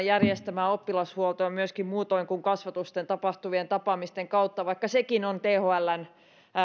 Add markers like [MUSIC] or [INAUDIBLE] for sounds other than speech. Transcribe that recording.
[UNINTELLIGIBLE] järjestämään oppilashuoltoa myöskin muutoin kuin kasvotusten tapahtuvien tapaamisten kautta vaikka sekin on thln